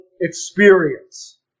experience